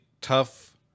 tough